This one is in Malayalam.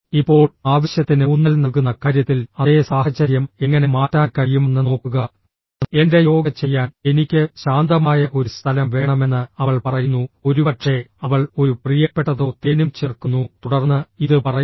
ഇപ്പോൾ ആവശ്യത്തിന് ഊന്നൽ നൽകുന്ന കാര്യത്തിൽ അതേ സാഹചര്യം എങ്ങനെ മാറ്റാൻ കഴിയുമെന്ന് നോക്കുക എന്റെ യോഗ ചെയ്യാൻ എനിക്ക് ശാന്തമായ ഒരു സ്ഥലം വേണമെന്ന് അവൾ പറയുന്നു ഒരുപക്ഷേ അവൾ ഒരു പ്രിയപ്പെട്ടതോ തേനും ചേർക്കുന്നു തുടർന്ന് ഇത് പറയുന്നു